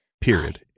period